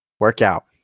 Workout